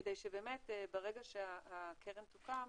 כדי שבאמת ברגע שהקרן תוקם